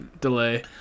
delay